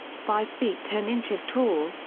five feet ten inches tall,